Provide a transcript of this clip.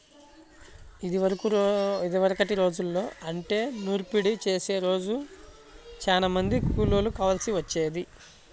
ఇదివరకటి రోజుల్లో అంటే నూర్పిడి చేసే రోజు చానా మంది కూలోళ్ళు కావాల్సి వచ్చేది